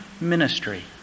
ministry